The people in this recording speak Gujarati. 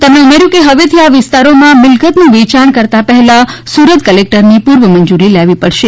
તેમણે ઉમેર્યુ કે હવેથી આ વિસ્તારોમાં મિલકતનું વેચાણ કરતા પહેલા સુરત કલેકટરનીં પૂર્વ મંજૂરી લેવી પડશે